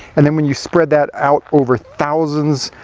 and then when you spread that out over thousands,